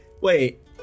wait